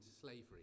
slavery